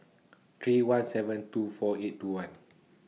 three one seven two four eight two one